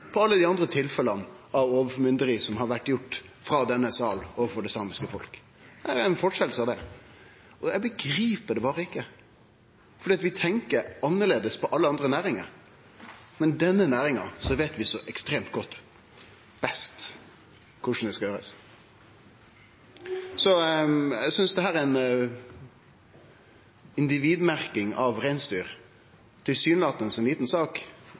til alle dei andre tilfella av overformynderi som har blitt gjort frå denne sal overfor det samiske folket. Dette er ei fortsetjing av det. Eg begrip det berre ikkje, for vi tenkjer annleis på alle andre næringar, men når det gjeld denne næringa, veit vi så ekstremt godt best korleis det skal gjerast. Individmerking av reinsdyr er tilsynelatande ei lita sak, men eg synest ho rører ved eit svært mørkt område i vår historie, og eg synest det